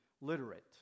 literate